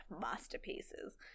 masterpieces